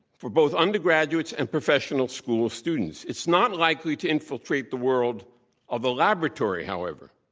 for both undergraduates and professional school students. it's not likely to infiltrate the world of the laboratory, however.